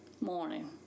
morning